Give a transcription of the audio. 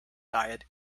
diet